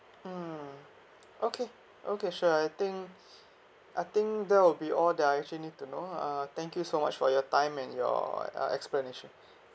mmhmm okay okay sure I think I think that will be all that I actually need to know uh thank you so much for your time and your uh explanation